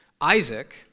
Isaac